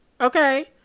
okay